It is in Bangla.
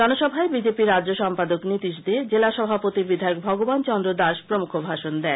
জনসভায় বিজেপি রাজ্য সম্পাদক নীতিশ দে জেলা সভাপতি বিধায়ক ভগবান চন্দ্র দাস প্রমুখ ভাষণ দেন